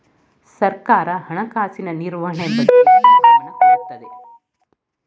ಸರ್ಕಾರ ಹಣಕಾಸಿನ ನಿರ್ವಹಣೆ ಬಗ್ಗೆ ಹೆಚ್ಚಿನ ಗಮನ ಕೊಡುತ್ತದೆ